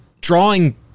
drawing